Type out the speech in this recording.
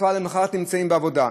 וכבר למחרת נמצאים בעבודה.